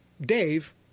Dave